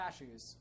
cashews